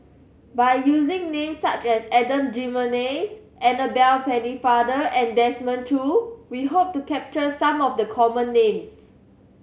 by using names such as Adan Jimenez Annabel Pennefather and Desmond Choo we hope to capture some of the common names